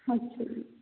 ਅੱਛਾ ਜੀ